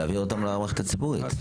להעביר אותם למערכת הציבורית.